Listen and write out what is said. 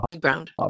ground